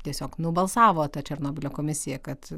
tiesiog nubalsavo ta černobylio komisija kad